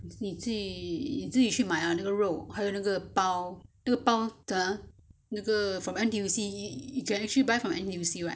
你自己自己去买啊这个肉还有那个包那个包 ah from N_T_U_C you can actually buy from N_T_U_C [one]